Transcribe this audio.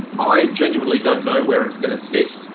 i genuinely don't know where it's going to sit.